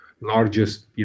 largest